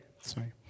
Sorry